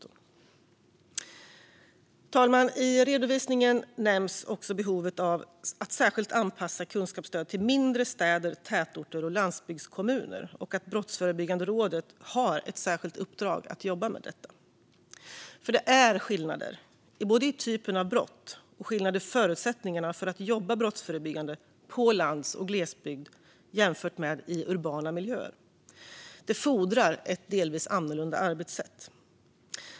Herr talman! I redovisningen nämns också behovet av att särskilt anpassa kunskapsstöd till mindre städer, tätorter och landsbygdskommuner och att Brottsförebyggande rådet har ett särskilt uppdrag att jobba med detta. Det är nämligen skillnader i typen av brott och skillnader i förutsättningarna för att jobba brottsförebyggande i lands och glesbygd jämfört med i urbana miljöer. Det fordrar ett delvis annorlunda arbetssätt.